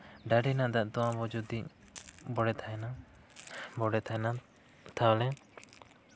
ᱰᱟᱹᱰᱤ ᱨᱮᱱᱟᱜ ᱫᱟᱜ ᱫᱚ ᱟᱵᱚ ᱡᱩᱫᱤ ᱵᱚᱰᱮ ᱛᱟᱦᱮᱱᱟ ᱵᱚᱰᱮ ᱛᱟᱦᱮᱱᱟ ᱛᱟᱦᱞᱮ